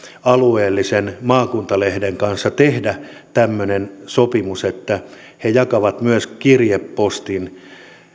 alueellisen maakuntalehden kanssa tehdä tämmöinen sopimus että he jakavat myös kirjepostin